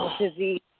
disease